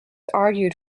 argued